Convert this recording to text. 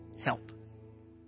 Help